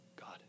God